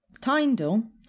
tyndall